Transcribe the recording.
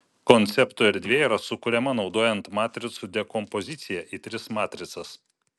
konceptų erdvė yra sukuriama naudojant matricų dekompoziciją į tris matricas